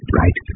right